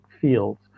fields